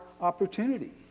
opportunity